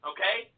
Okay